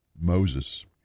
Moses